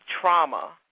trauma